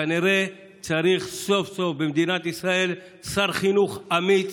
כנראה צריך סוף-סוף במדינת ישראל שר חינוך אמיץ,